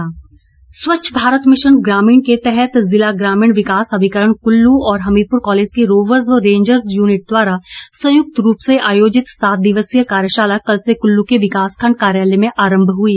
स्वच्छता स्वच्छ भारत मिशन ग्रामीण के तहत जिला ग्रामीण विकास अभिकरण कुल्लू और हमीरपुर कॉलेज की रोवर्स व रेंजर्स यूनिट द्वारा संयुक्त रूप से आयोजित सात दिवसीय कार्यशाला कल से कुल्लू के विकास खंड कार्यालय में आरंभ हुई